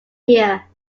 here